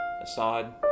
Assad